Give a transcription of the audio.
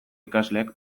ikasleek